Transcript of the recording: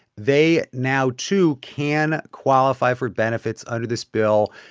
they now, too, can qualify for benefits under this bill.